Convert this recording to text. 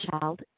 child